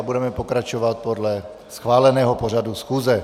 Budeme pokračovat podle schváleného pořadu schůze.